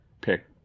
pick